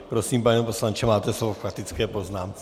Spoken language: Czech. Prosím, pane poslanče, máte slovo k faktické poznámce.